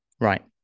Right